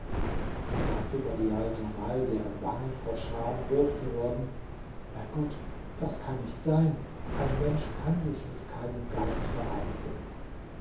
da sagte badial djamal deren wangen vor scham schon rot geworden bei gott das kann nicht sein ein mensch kann sich mit keinem geist vereinigen